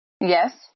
Yes